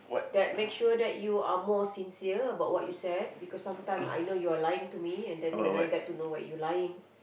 that make sure that you are more sincere about what you said because sometime I know you are lying to me and then when I get to know what you lying